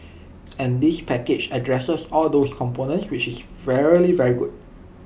and this package addresses all those components which is very very good